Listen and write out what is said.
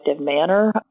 manner